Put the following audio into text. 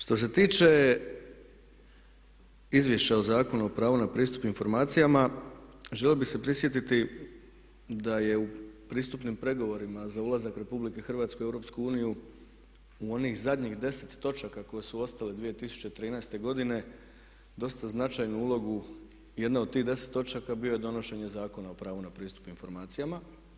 Što se tiče izvješća o Zakonu o pravu na pristup informacijama želio bih se prisjetiti da je u pristupnim pregovorima za ulazak Republike Hrvatske u Europsku uniju u onih zadnjih 10 točaka koje su ostala 2013. godine dosta značajnu ulogu jedna od tih 10 točaka bio je donošenje Zakona o pravu na pristup informacijama.